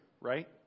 right